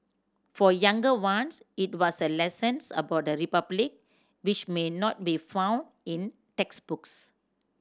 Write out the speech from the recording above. for younger ones it was a lessons about the republic which may not be found in textbooks